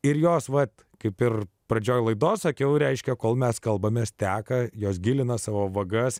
ir jos vat kaip ir pradžioje laidos sakiau reiškia kol mes kalbamės teka jos gilina savo vagas